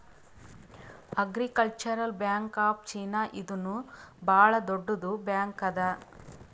agricultural bank of China ಇದೂನು ಭಾಳ್ ದೊಡ್ಡುದ್ ಬ್ಯಾಂಕ್ ಅದಾ